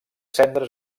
cendres